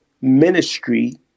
ministry